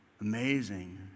amazing